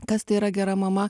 kas tai yra gera mama